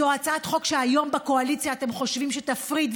זו הצעת חוק שהיום בקואליציה אתם חושבים שתפריד,